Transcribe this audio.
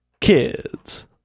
Kids